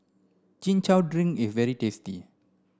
chin chow drink is very tasty